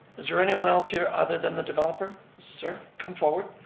is there anyone else here other than the developer? sir, come forward.